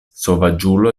sovaĝulo